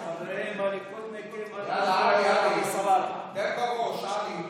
החברים הליכודניקים, תן בראש, עלי.